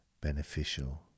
beneficial